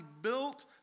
built